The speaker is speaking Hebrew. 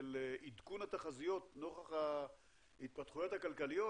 של עדכון התחזיות נוכח ההתפתחויות הכלכליות.